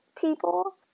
people